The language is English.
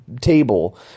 table